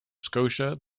scotia